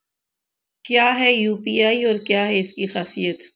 क्या है यू.पी.आई और क्या है इसकी खासियत?